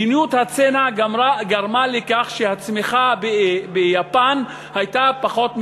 מדיניות הצנע גרמה לכך שהצמיחה ביפן הייתה פחות מ-1%.